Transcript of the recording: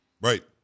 Right